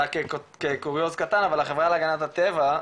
רק כקוריוז קטן אבל החברה להגנת הטבע,